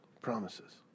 promises